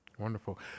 Wonderful